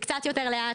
זה קצת יותר לאט,